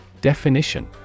Definition